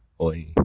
oi